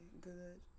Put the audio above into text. good